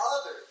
others